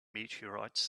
meteorites